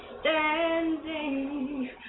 standing